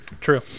True